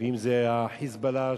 ואם ה"חיזבאללה",